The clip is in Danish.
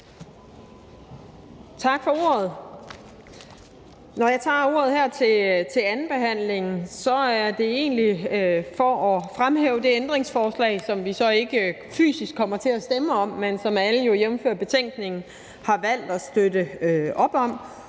Tak for ordet. Når jeg tager ordet her til andenbehandlingen, er det egentlig for at fremhæve det ændringsforslag, som vi så ikke fysisk kommer til at stemme om, men som alle jo jævnfør betænkningen har valgt at støtte op om.